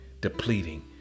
Depleting